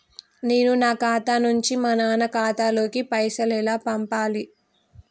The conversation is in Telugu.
నేను నా ఖాతా నుంచి మా నాన్న ఖాతా లోకి పైసలు ఎలా పంపాలి?